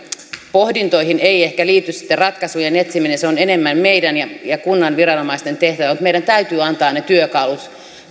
pohdintoihin ei ehkä liity sitten ratkaisujen etsiminen se on enemmän meidän ja ja kunnan viranomaisten tehtävä meidän täytyy antaa ne työkalut